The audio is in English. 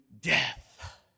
death